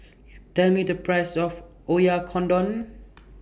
Tell Me The Price of Oyakodon